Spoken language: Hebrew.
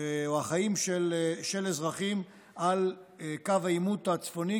או החיים של אזרחים על קו העימות הצפוני,